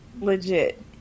legit